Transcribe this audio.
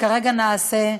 שכרגע נעשה.